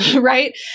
right